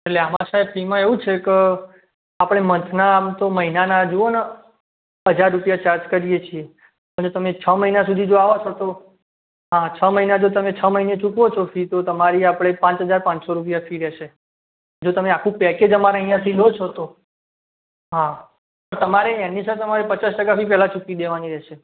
એટલે આમાં સાહેબ ફીમાં એવું છે કે આપણે મન્થનાં આમ તો મહિનાના જુઓ ને હજાર રૂપિયા ચાર્જ કરીએ છીએ અને તમે છ મહિના સુધી જો આવો છો તો છ મહિના જો તમે છ મહીને ચૂકવો છો ફી તો તમારી આપણે પાંચ હજાર પાંચસો રૂપિયા ફી રહેશે જો તમે આખું પેકેજ અમારે અહીંયાથી લો છો તો તો તમારે એની સર તમારે પચાસ ટકા ફી પહેલાં ચૂકવી દેવાની રહેશે